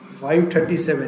537